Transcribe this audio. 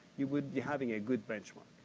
you wouldn't be having a good benchmark.